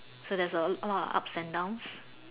so there's a a lot of ups and downs